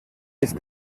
ist